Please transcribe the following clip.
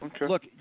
look